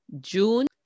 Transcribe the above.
June